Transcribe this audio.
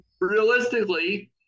Realistically